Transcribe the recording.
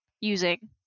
using